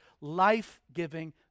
life-giving